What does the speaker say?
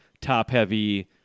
top-heavy